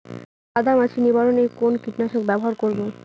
সাদা মাছি নিবারণ এ কোন কীটনাশক ব্যবহার করব?